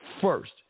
first